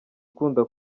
ukunda